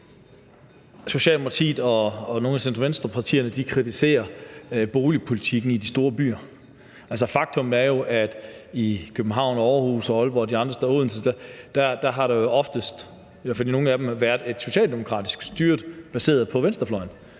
Socialdemokratiet og nogle af centrum-venstre-partierne kritiserer boligpolitikken i de store byer. Altså, faktum er jo, at i København, Aarhus, Aalborg, Odense og de andre store byer har der jo oftest – i hvert fald i nogle af dem – været et socialdemokratisk styre baseret på venstrefløjen.